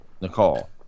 Nicole